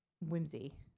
whimsy